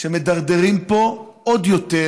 שמדרדרים פה עוד יותר